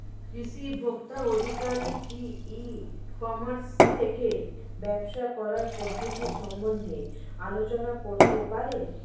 কৃষি ভোক্তা আধিকারিক কি ই কর্মাস থেকে ব্যবসা করার পদ্ধতি সম্বন্ধে আলোচনা করতে পারে?